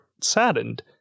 saddened